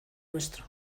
nuestro